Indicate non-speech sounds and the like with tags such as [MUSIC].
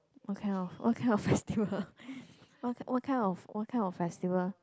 what kind of what kind of festival [LAUGHS] what what kind of what kind of festival